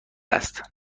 است